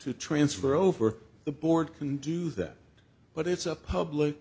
to transfer over the board can do that but it's a public